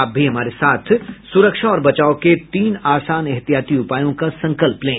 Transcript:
आप भी हमारे साथ सुरक्षा और बचाव के तीन आसान एहतियाती उपायों का संकल्प लें